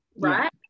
Right